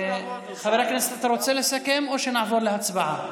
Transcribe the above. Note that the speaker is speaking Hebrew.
חבר הכנסת, אתה רוצה לסכם או שנעבור להצבעה?